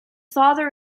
father